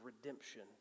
redemption